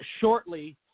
shortly